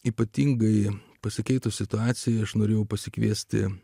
ypatingai pasikeitus situacijai aš norėjau pasikviesti